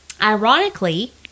Ironically